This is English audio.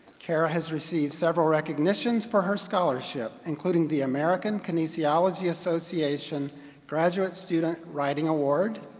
kara has received several recognitions for her scholarship, including the american kinesiology association graduate student writing award,